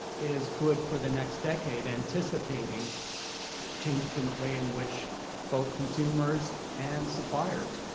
is good for the next decade, anticipating changes in the way in which both consumers and suppliers